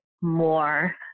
more